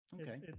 Okay